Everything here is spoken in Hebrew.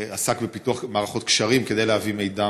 עסק בפיתוח מערכות קשרים כדי להביא מידע